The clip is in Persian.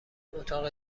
اتاق